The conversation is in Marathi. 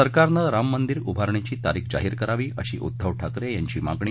सरकारनं राम मंदिर उभारणीची तारीख जाहीर करावी अशी उद्धव ठाकरे यांची मागणी